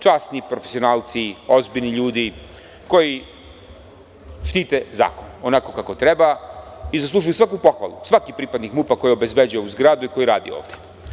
Časni profesionalci i ozbiljni ljudi, koji štite zakon onako kako treba i zaslužuju svaku pohvalu, svaki pripadnik MUP-a koji obezbeđuje ovu zgradu i koji radi ovde.